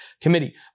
Committee